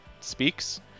speaks